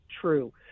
true